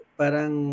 parang